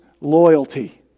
loyalty